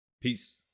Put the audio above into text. Peace